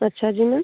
अच्छा जी मैम